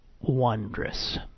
wondrous